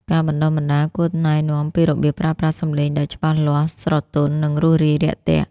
ការបណ្តុះបណ្តាលគួរណែនាំពីរបៀបប្រើប្រាស់សម្លេងដែលច្បាស់លាស់ ស្រទន់ និងរួសរាយរាក់ទាក់។